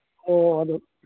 ꯑꯣ ꯑꯗꯨ